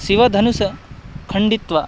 शिवधनुषः खण्डित्वा